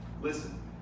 Listen